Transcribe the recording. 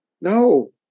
No